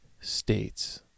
states